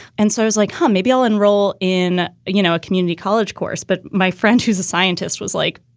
and so i was like, hmm, maybe i'll enroll in, you know, a community college course. but my friend, who's a scientist, was like,